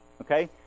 okay